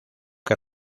que